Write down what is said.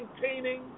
maintaining